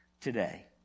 today